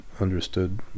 understood